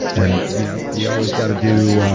and you know, you always got to do.